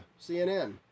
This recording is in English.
CNN